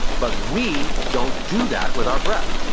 but we don't do that with our breath.